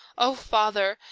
o father,